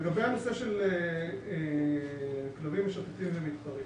לגבי הנושא של כלבים משוטטים ומתפרעים,